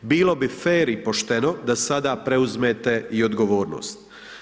Bilo bi fer i pošteno da sada preuzmete i odgovornost.